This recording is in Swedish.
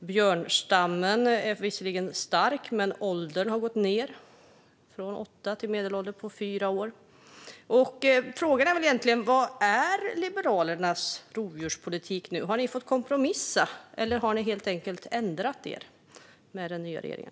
Björnstammen är visserligen stark, men åldern har gått ned. Medelåldern har gått ned från åtta till fyra år. Frågan är: Vad är Liberalernas rovdjurspolitik? Har ni fått kompromissa, eller har ni helt enkelt ändrat er i och med den nya regeringen?